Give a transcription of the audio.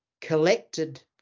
collected